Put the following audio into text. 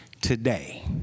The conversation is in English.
today